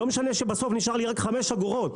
לא משנה שבסוף נשארות לי רק חמש אגורות,